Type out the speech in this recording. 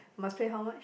must pay how much